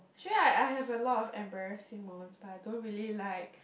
actually I I have a lot of embarrassing moments but I don't really like